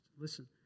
Listen